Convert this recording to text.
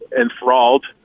enthralled